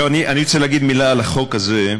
אני רוצה לומר מילה על החוק הזה,